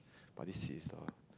but this is a